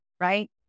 Right